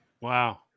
Wow